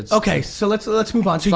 okay so let's let's move on, yeah